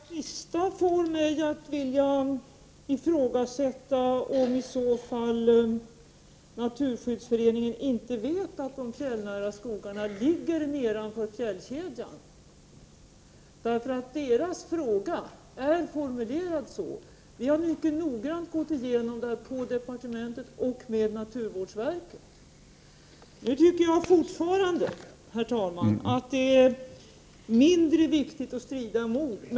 Herr talman! Det senaste inlägget får mig att vilja ifrågasätta om i så fall Naturskyddsföreningen inte vet att de fjällnära skogarna ligger nedanför fjällkedjan, eftersom Naturskyddsföreningens fråga är formulerad som här har angivits. Vi har mycket noggrant gått igenom detta på departementet och med naturvårdsverket. Nu tycker jag fortfarande, herr talman, att det är mindre viktigt att strida om ord.